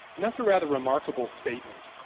and that's a rather remarkable statement.